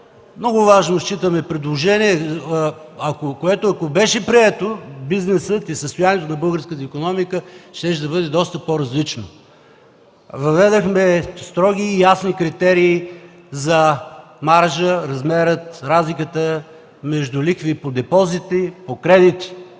много важно предложение, което, ако беше прието, бизнесът, състоянието на българската икономика щеше да бъде доста по-различно. Въведохме строги и ясни критерии за маржа, за размера на разликата между лихви по депозити и по кредити.